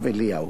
כזכור,